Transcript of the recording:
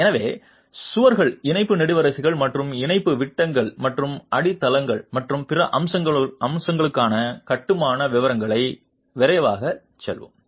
எனவே சுவர்கள் இணைப்பு நெடுவரிசைகள் மற்றும் இணைப்பு விட்டங்கள் மற்றும் அடித்தளங்கள் மற்றும் பிற அம்சங்களுக்கான கட்டுமான விவரங்களை விரைவாகச் செல்வோம்